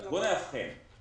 בוא נאבחן.